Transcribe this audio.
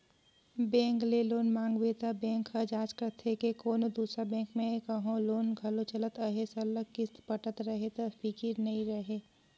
bank ले loan मांगबे त बेंक ह जांच करथे के कोनो दूसर बेंक में कहों लोन घलो चलत अहे सरलग किस्त पटत रहें ले फिकिर नी रहे